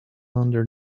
under